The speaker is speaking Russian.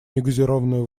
негазированную